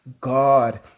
God